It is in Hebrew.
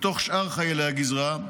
בתוך שאר חיילי הגזרה,